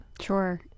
sure